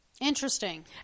Interesting